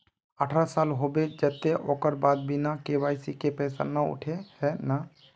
अठारह साल होबे जयते ओकर बाद बिना के.वाई.सी के पैसा न उठे है नय?